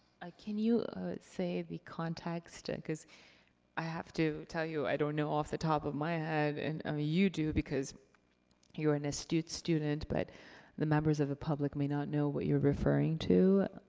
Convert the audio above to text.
can you say the context, because i have to tell you i don't know off the top of my head. and um you do because you're an astute student, but the members of the public may not know what you're referring to,